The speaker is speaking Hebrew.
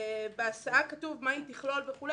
בהסעה כתוב מה היא תכלול וכו',